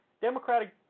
Democratic